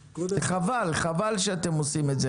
חבל שאתם עושים את זה,